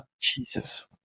Jesus